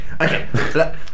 okay